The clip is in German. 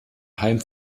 heim